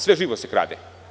Sve živo se krade.